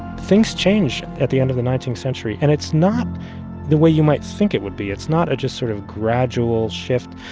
things change at the end of the nineteenth century. and it's not the way you might think it would be. it's not a just sort of gradual shift.